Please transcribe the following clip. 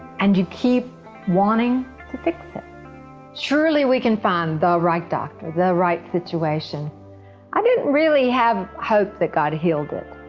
and you keep wanting to six it surely we can find the right doctor the right situation i didn't really have hope that god healed that.